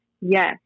Yes